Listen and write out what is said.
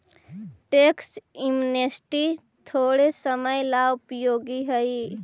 tax amnesty थोड़े समय ला उपयोगी हई